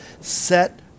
set